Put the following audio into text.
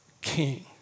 king